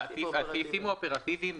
המשמעות של הסעיפים האופרטיביים,